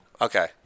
Okay